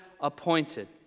appointed